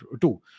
two